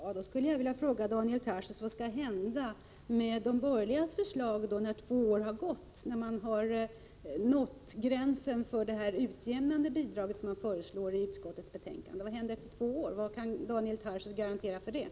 Herr talman! Då vill jag fråga Daniel Tarschys: Vad kommer att hända om två år ifall de borgerligas förslag genomförs, då man nått gränsen för det utjämnande bidrag som föreslås. Kan Daniel Tarschys på den punkten ge några garantier?